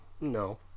No